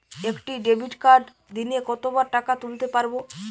একটি ডেবিটকার্ড দিনে কতবার টাকা তুলতে পারব?